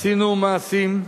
עשינו מעשים.